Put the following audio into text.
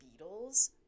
Beatles